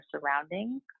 surroundings